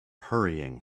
hurrying